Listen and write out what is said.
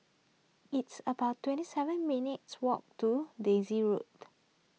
it's about twenty seven minutes' walk to Daisy Road